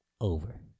over